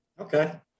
Okay